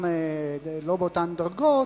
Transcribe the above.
לא באותן דרגות,